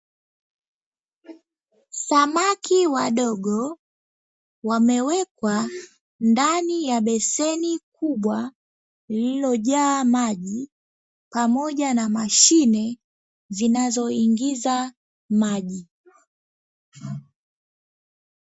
Samaki wadogo wamewekwa ndani ya beseni kubwa lililo jaa maji pamoja na mashine zinazo ingiza maji.